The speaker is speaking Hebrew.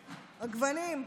הגוונים.